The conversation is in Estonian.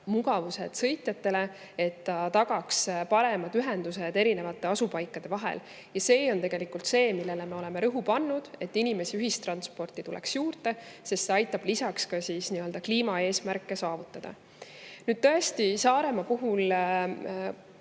mugavused sõitjatele, et see tagaks paremad ühendused erinevate asupaikade vahel. See on tegelikult see, millele me oleme rõhu pannud, et inimesi ühistransporti tuleks juurde, sest see aitab ka kliimaeesmärke saavutada. Saaremaa puhul